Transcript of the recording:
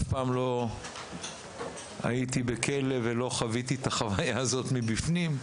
אף פעם לא הייתי בכלא ולא חוויתי את החוויה הזאת מבפנים,